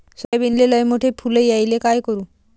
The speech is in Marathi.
सोयाबीनले लयमोठे फुल यायले काय करू?